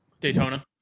Daytona